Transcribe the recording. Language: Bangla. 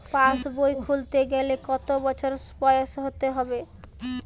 পাশবই খুলতে গেলে কত বছর বয়স হতে হবে?